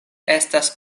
estas